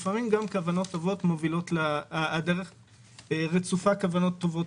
לפעמים גם הדרך לגיהינום רצופה כוונות טובות.